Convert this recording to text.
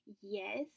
Yes